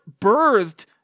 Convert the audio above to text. birthed